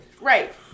right